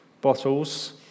bottles